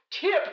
tip